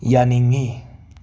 ꯌꯥꯅꯤꯡꯉꯤ